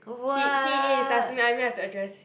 he he is address